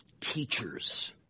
teachers